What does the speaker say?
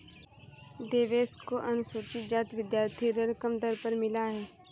देवेश को अनुसूचित जाति विद्यार्थी ऋण कम दर पर मिला है